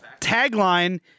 Tagline